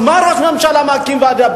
אז למה ראש הממשלה מקים ועדה?